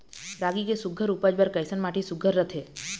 रागी के सुघ्घर उपज बर कैसन माटी सुघ्घर रथे?